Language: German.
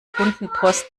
kundenpost